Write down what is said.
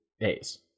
A's